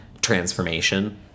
transformation